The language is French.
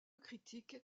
critique